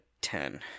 ten